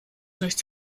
nichts